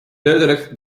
duidelijk